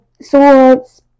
swords